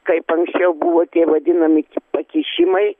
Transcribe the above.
kaip anksčiau buvo tie vadinami pakišimai